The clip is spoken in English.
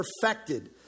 perfected